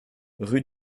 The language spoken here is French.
rue